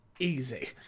Easy